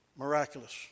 miraculous